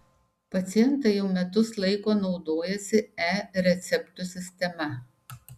pacientai jau metus laiko naudojasi e receptų sistema